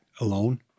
alone